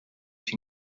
停止